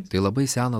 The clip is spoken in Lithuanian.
tai labai seną